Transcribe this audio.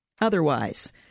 otherwise